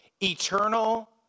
eternal